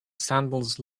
sandals